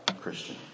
Christian